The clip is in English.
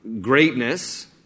greatness